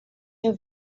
your